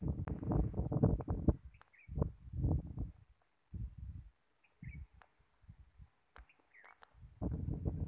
मले शिकायले कर्ज घ्याच असन तर कुठ अर्ज करा लागन त्याची मायती मले कुठी भेटन त्यासाठी ऑनलाईन अर्ज करा लागन का?